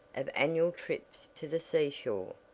of annual trips to the seashore,